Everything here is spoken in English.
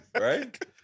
right